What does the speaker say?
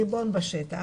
ריבון בשטח,